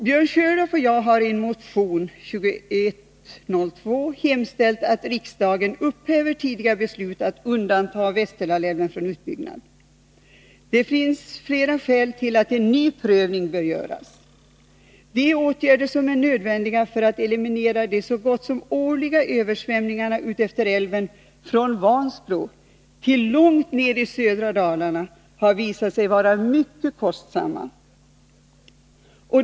Björn Körlof och jag har i motionen 2102 hemställt att riksdagen upphäver tidigare beslut att undanta Västerdalälven från utbyggnad. Det finns flera skäl som talar för att en ny prövning bör göras. De åtgärder som är nödvändiga för att eliminera de så gott som årliga översvämningarna utefter älven från Vansbro till områden långt ner i södra Dalarna har visat sig vara mycket kostsamma.